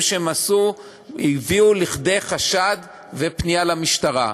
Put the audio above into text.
שהם עשו הביאו לידי חשד ויש לפנות למשטרה.